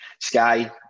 Sky